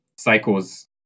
cycles